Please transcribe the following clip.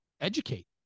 educate